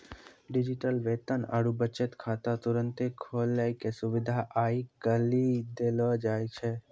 digital वेतन आरु बचत खाता तुरन्ते खोलै के सुविधा आइ काल्हि देलो जाय छै